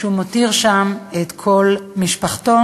כשהוא מותיר שם את כל משפחתו.